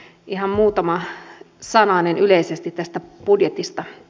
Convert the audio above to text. ihan muutama sananen yleisesti tästä budjetista